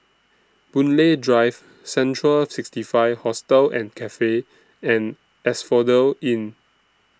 Boon Lay Drive Central sixty five Hostel and Cafe and Asphodel Inn